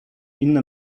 inne